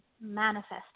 manifesting